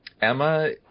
Emma